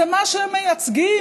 זה מה שהם מייצגים.